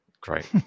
Great